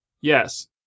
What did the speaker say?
yes